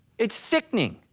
it's sickening.